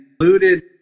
included